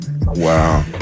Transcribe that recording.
Wow